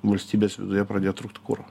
valstybės viduje pradėjo trūkt kuro